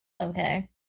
Okay